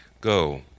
Go